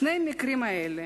שני המקרים האלה,